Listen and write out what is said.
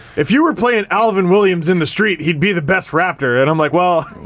if you were playing alvin williams in the street he'd be the best raptor? and i'm like, well,